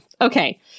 Okay